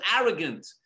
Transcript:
arrogant